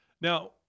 Now